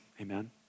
amen